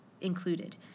included